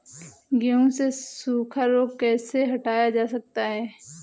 गेहूँ से सूखा रोग कैसे हटाया जा सकता है?